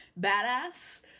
badass